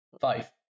Five